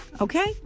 Okay